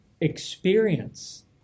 experience